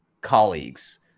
colleagues